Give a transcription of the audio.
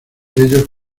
ellos